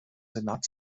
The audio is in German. senat